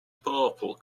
purple